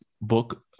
book